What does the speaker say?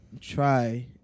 try